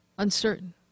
uncertain